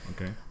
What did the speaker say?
Okay